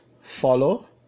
follow